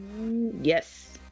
Yes